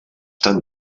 tan